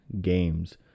games